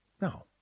no